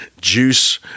juice